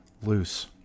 loose